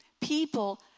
people